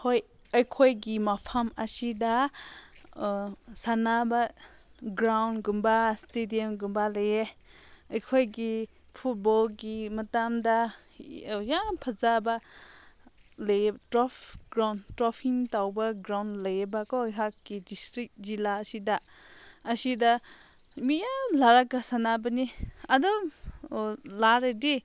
ꯍꯣꯏ ꯑꯩꯈꯣꯏꯒꯤ ꯃꯐꯝ ꯑꯁꯤꯗ ꯁꯥꯅꯕ ꯒ꯭ꯔꯥꯎꯟꯒꯨꯝꯕ ꯏꯁꯇꯦꯗꯤꯌꯝꯒꯨꯝꯕ ꯂꯩ ꯑꯩꯈꯣꯏꯒꯤ ꯐꯨꯠꯕꯣꯜꯒꯤ ꯃꯇꯥꯡꯗ ꯌꯥꯝ ꯐꯖꯕ ꯂꯩ ꯇ꯭ꯔꯣꯐ ꯒ꯭ꯔꯥꯎꯟ ꯇ꯭ꯔꯣꯐꯤꯡ ꯇꯧꯕ ꯒ꯭ꯔꯥꯎꯟ ꯂꯩꯑꯦꯕ ꯀꯣ ꯑꯩꯍꯥꯛꯀꯤ ꯗꯤꯁꯇ꯭ꯔꯤꯛ ꯖꯤꯂꯥ ꯑꯁꯤꯗ ꯑꯁꯤꯗ ꯃꯤ ꯌꯥꯝ ꯂꯥꯛꯑꯒ ꯁꯥꯅꯕꯅꯤ ꯑꯗꯨꯝ ꯂꯥꯛꯂꯗꯤ